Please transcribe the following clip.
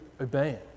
obeying